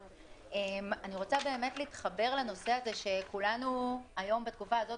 אני רוצה להתחבר לנושא הזה שכולנו היום בתקופה הזאת